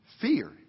fear